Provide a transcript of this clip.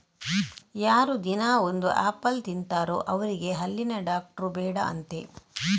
ಯಾರು ದಿನಾ ಒಂದು ಆಪಲ್ ತಿಂತಾರೋ ಅವ್ರಿಗೆ ಹಲ್ಲಿನ ಡಾಕ್ಟ್ರು ಬೇಡ ಅಂತೆ